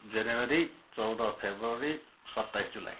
जनवरी चौध फेब्रुअरी सत्ताइस जुलाई